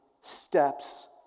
steps